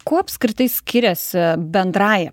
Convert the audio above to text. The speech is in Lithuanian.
kuo apskritai skiriasi bendrąja